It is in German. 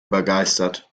begeistert